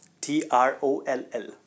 T-R-O-L-L